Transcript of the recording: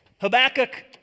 Habakkuk